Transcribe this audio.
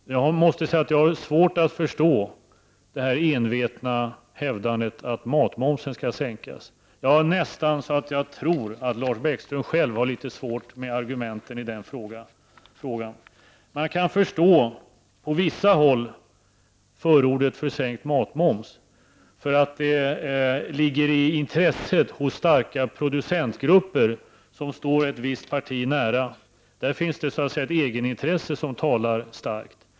Men jag måste säga att jag har svårt att förstå det envetna hävdandet att matmomsen skall sänkas. Det är nästan så att jag tror att Lars Bäckström själv har litet svårt med argumenten i den frågan. Man kan förstå förordet på vissa håll för sänkt matmoms. Hos starka producentgrupper, som står ett visst parti nära, finns ett starkt egenintresse för detta.